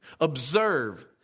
observe